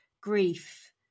grief